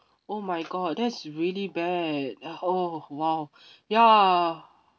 oh my god that's really bad oh !wow! ya